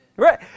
Right